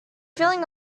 feeling